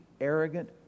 arrogant